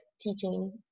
teaching